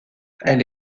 elle